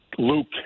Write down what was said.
Luke